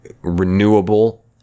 renewable